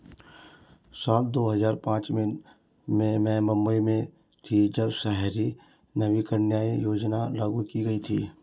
साल दो हज़ार पांच में मैं मुम्बई में थी, जब शहरी नवीकरणीय योजना लागू की गई थी